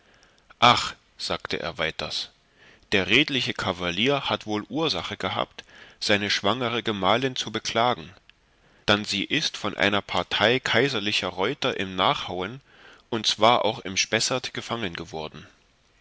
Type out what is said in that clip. ach sagte er weiters der redliche kavalier hat wohl ursache gehabt seine schwangere gemahlin zu beklagen dann sie ist von einer partei kaiserl reuter im nachhauen und zwar auch im spessert gefangen worden